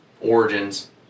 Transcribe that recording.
Origins